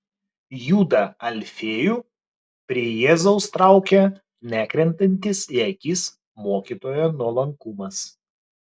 judą alfiejų prie jėzaus traukė nekrentantis į akis mokytojo nuolankumas